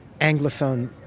Anglophone